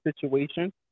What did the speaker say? situation